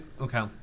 Okay